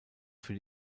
für